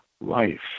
life